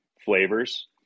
flavors